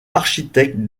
architectes